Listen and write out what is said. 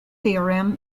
theorem